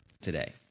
today